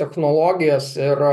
technologijas ir